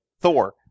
Thor